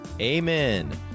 Amen